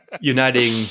uniting